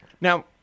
Now